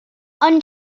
ond